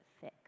thick